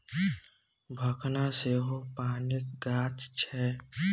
भखना सेहो पानिक गाछ छै